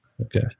Okay